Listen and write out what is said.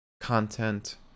content